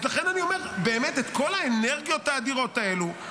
לכן אני אומר: את כל האנרגיות האדירות האלה,